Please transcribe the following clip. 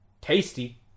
Tasty